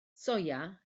soia